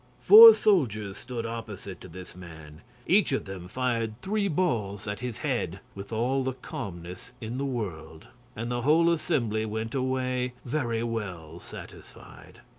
four soldiers stood opposite to this man each of them fired three balls at his head, with all the calmness in the world and the whole assembly went away very well satisfied.